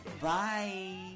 Bye